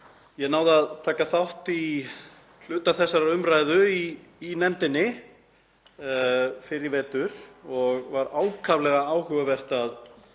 Ég náði að taka þátt í hluta þessarar umræðu í nefndinni fyrr í vetur og var ákaflega áhugavert að